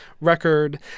record